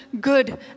good